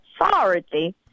authority